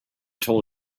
told